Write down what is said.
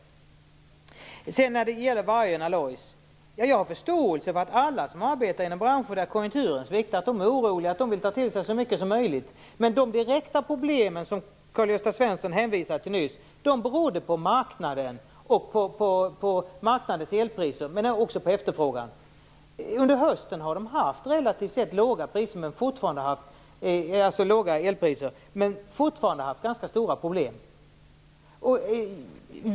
När det gäller Vargön Alloys har jag förståelse för att alla som arbetar inom branscher där konjunkturen sviktar är oroliga och vill ta till sig så mycket som möjligt. Men de direkta problem som Karl-Gösta Svenson hänvisade till nyss berodde på marknaden och marknadens elpriser men också på efterfrågan. Under hösten har de haft relativt sett låga elpriser men fortfarande haft ganska stora problem.